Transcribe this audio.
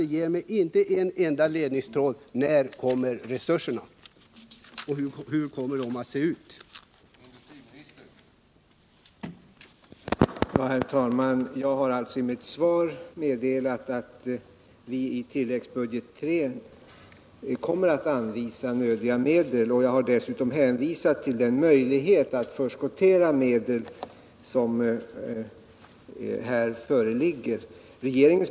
Det ger nämligen inte en enda ledtråd då det gäller frågan om när resurserna kommer och hur stora de kommer att bli.